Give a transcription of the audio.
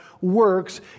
works